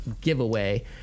Giveaway